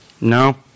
No